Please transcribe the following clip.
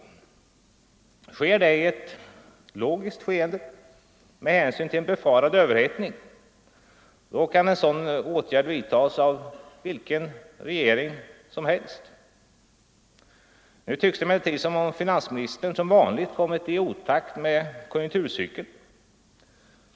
Görs det i ett logiskt skeende med hänsyn till en befarad överhettning, då kan en sådan åtgärd vidtas av vilken regering som helst. Nu tycks det emellertid som om finansministern som vanligt kommit i otakt med konjunkturcykeln.